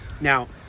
Now